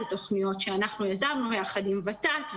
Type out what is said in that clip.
אלה תוכניות שאנחנו יזמנו ביחד עם ות"ת,